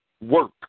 work